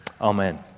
Amen